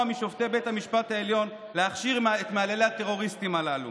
משופטי בית המשפט העליון להכשיר את מהללי הטרוריסטים הללו.